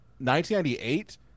1998